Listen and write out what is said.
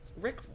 Rick